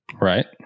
Right